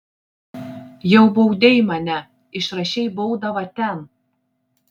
jau baudei mane išrašei baudą va ten